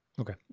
Okay